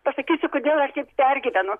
pasakysiu kodėl aš taip pergyvenu